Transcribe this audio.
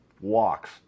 walks